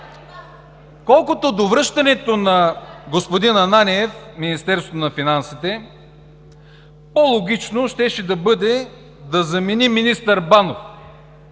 Колкото до връщането на господин Ананиев в Министерството на финансите, по-логично щеше да бъде да замени министър Банов.